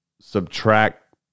subtract